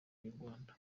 inyarwanda